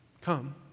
Come